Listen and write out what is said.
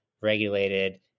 regulated